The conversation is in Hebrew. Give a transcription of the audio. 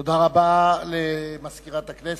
תודה רבה למזכירת הכנסת.